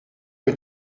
que